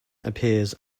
appears